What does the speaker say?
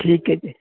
ਠੀਕ ਹੈ ਜੀ